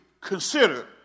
consider